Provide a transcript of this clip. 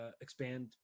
expand